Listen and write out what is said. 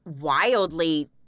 wildly